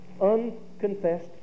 unconfessed